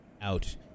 out